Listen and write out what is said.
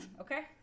okay